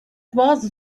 bazı